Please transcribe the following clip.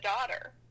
daughter